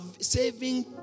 saving